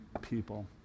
people